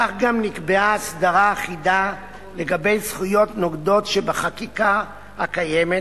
כך גם נקבעה הסדרה אחידה לגבי זכויות נוגדות שבחקיקה הקיימת.